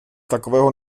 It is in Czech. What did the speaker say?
takového